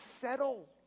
settle